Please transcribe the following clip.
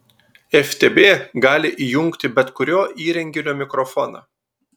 ftb gali įjungti bet kurio įrenginio mikrofoną